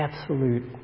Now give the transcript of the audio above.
absolute